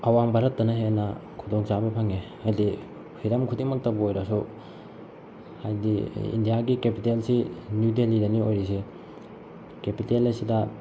ꯑꯋꯥꯡ ꯚꯥꯔꯠꯇꯅ ꯍꯦꯟꯅ ꯈꯨꯗꯣꯡ ꯆꯥꯕ ꯐꯪꯉꯦ ꯍꯥꯏꯗꯤ ꯍꯤꯔꯝ ꯈꯨꯗꯤꯡꯃꯛꯇꯕꯨ ꯑꯣꯏꯔꯁꯨ ꯍꯥꯏꯗꯤ ꯏꯟꯗꯤꯌꯥꯒꯤ ꯀꯦꯄꯤꯇꯦꯜꯁꯤ ꯅꯤꯌꯨ ꯗꯦꯜꯂꯤꯗꯅꯤ ꯑꯣꯏꯔꯤꯁꯦ ꯀꯦꯄꯤꯇꯦꯜ ꯑꯁꯤꯗ